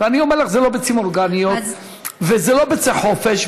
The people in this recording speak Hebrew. ואני אומר לך: זה לא ביצים אורגניות וזה לא ביצי חופש,